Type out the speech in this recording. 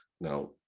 Now